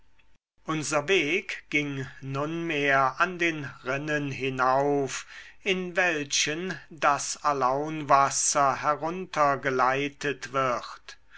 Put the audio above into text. unser weg ging nunmehr an den rinnen hinauf in welchen das alaunwasser heruntergeleitet wird